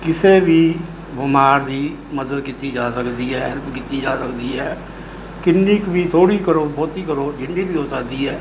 ਕਿਸੇ ਵੀ ਬਿਮਾਰ ਦੀ ਮਦਦ ਕੀਤੀ ਜਾ ਸਕਦੀ ਹੈ ਹੈਲਪ ਕੀਤੀ ਜਾ ਸਕਦੀ ਹੈ ਕਿੰਨੀ ਕੁ ਵੀ ਥੋੜ੍ਹੀ ਕਰੋ ਬਹੁਤੀ ਕਰੋ ਜਿੰਨੀ ਵੀ ਹੋ ਸਕਦੀ ਹੈ